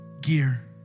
gear